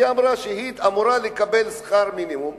והיא אמרה שהיא אמורה לקבל שכר מינימום,